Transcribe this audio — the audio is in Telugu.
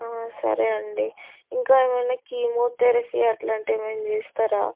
సరే అండి ఇంకా ఏమైనా కీమోథెరఫీ అట్లాంటివి ఏమైనా చేస్తారా